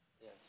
yes